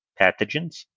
pathogens